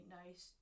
nice